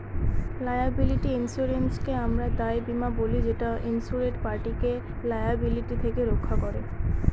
liability ইন্সুরেন্সকে আমরা দায় বীমা বলি যেটা ইন্সুরেড পার্টিকে লায়াবিলিটি থেকে রক্ষা করে